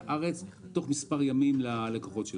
תוך מספר ימים מהרגע שהיא הגיעה לארץ.